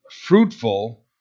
fruitful